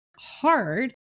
hard